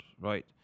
right